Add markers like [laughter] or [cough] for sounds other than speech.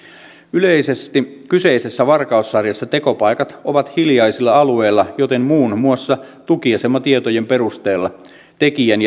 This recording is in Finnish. yleisesti kyseisessä varkaussarjassa tekopaikat ovat hiljaisilla alueilla joten muun muassa tukiasematietojen perusteella tekijän [unintelligible]